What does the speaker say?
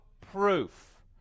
proof